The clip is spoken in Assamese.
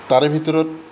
তাৰে ভিতৰত